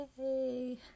yay